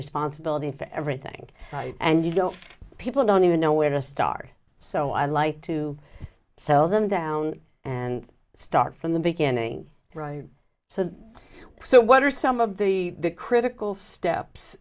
responsibility for everything and you don't people don't even know where to start so i like to sell them down and start from the beginning so the so what are some of the critical steps